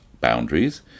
boundaries